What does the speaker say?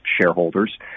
shareholders